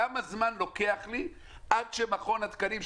כמה זמן לוקח עד שמכון התקנים,